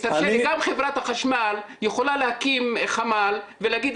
גם חברת החשמל יכולה להקים חמ"ל ולהגיד,